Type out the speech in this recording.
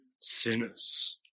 sinners